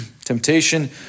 temptation